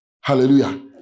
Hallelujah